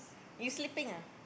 you sleeping ah